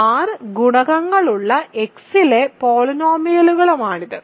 R ഗുണകങ്ങളുള്ള X ലെ പോളിനോമിയലുകളാണിത്